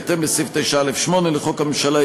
בהתאם לסעיף 9(א)(8) לחוק הממשלה,